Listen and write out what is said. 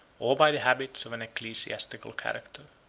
or by the habits of an ecclesiastical character.